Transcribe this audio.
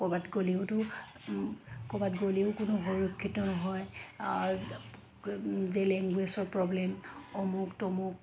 ক'ৰবাত গ'লেওতো ক'ৰবাত গ'লেও কোনো সুৰক্ষিত নহয় যে লেংগুৱেজৰ প্ৰব্লেম অমুক তমুক